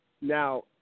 Now